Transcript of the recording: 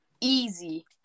Easy